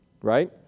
Right